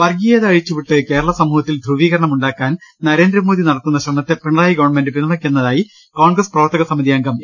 വർഗീയത അഴിച്ചുവിട്ട് കേരള സമൂഹത്തിൽ ധ്രുവീകരണമുണ്ടാ ക്കാൻ നരേന്ദ്രമോദി നടത്തുന്ന ശ്രമത്തെ പിണറായി ഗവൺമെന്റ് പിന്തു ണയ്ക്കുന്നതായി കോൺഗ്രസ് പ്രവർത്തകസമിതിയംഗം എ